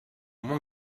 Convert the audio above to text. moins